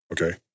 Okay